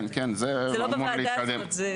כן, זה אמור להתקדם.